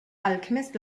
alchemist